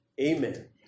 Amen